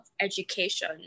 education